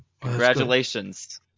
Congratulations